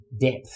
depth